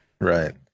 right